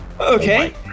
Okay